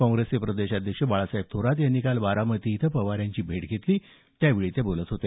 काँग्रेसचे प्रदेशाध्यक्ष बाळासाहेब थोरात यांनी काल बारामती इथं पवार यांची भेट घेतली त्यानंतर ते बोलत होते